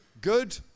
good